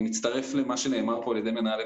אני אומר לכם כי אני חושב שחשוב שוועדת